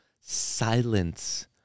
silence